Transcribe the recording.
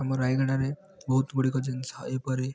ଆମ ରାୟଗଡ଼ାରେ ବହୁତ ଗୁଡ଼ିକ ଜିନିଷ ଏହିପରି